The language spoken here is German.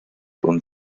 und